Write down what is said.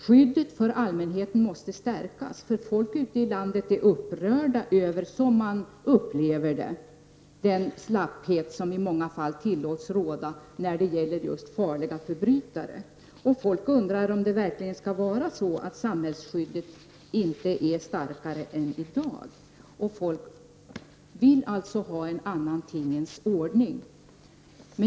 Skyddet för allmänheten måste stärkas. Människor ute i landet är upprörda över den, som man upplever det, slapphet som i många fall tillåts råda när det gäller just farliga förbrytare. Människor undrar om det verkligen skall vara så att samhällsskyddet inte skall vara starkare än vad det är i dag. De vill ha en annan tingens ordning.